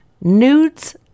Nudes